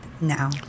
now